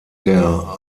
der